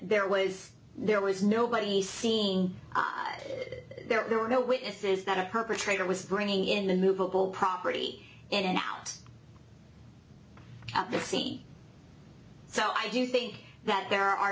there was there was nobody seeing there are no witnesses that a perpetrator was bringing in the movable property in and out of the scene so i do think that there are